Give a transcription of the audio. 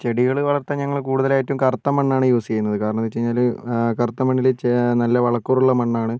ചെടികൾ വളർത്താൻ ഞങ്ങൾ കൂടുതലായിട്ടും കറുത്ത മണ്ണാണ് യൂസ് ചെയ്യുന്നത് കാരണം എന്ന് വെച്ചുകഴിഞ്ഞാൽ കറുത്ത മണ്ണിൽ ചെ നല്ല വളക്കൂറുള്ള മണ്ണാണ്